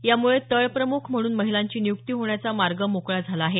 यामुळे तळप्रमुख म्हणून महिलांची नियुक्ती होण्याचा मार्ग मोकळा झाला आहे